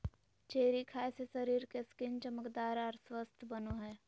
cherry खाय से शरीर के स्किन चमकदार आर स्वस्थ बनो हय